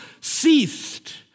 ceased